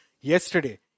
yesterday